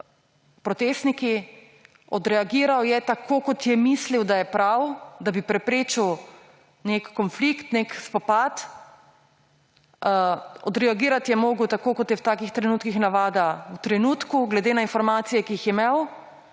protestniki. Odreagiral je tako, kot je mislil, da je prav, da bi preprečil nek konflikt, nek spopad. Odreagirati je moral tako, kot je v takih trenutkih navada, v trenutku glede na informacije, ki jih je imel.